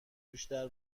بیشتر